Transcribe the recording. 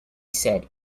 said